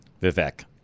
Vivek